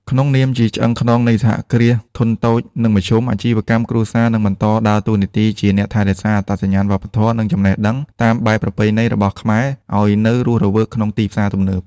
ក្នុងនាមជាឆ្អឹងខ្នងនៃសហគ្រាសធុនតូច និងមធ្យម អាជីវកម្មគ្រួសារនឹងបន្តដើរតួនាទីជាអ្នកថែរក្សាអត្តសញ្ញាណវប្បធម៌ និងចំណេះដឹងតាមបែបប្រពៃណីរបស់ខ្មែរឱ្យនៅរស់រវើកក្នុងទីផ្សារទំនើប។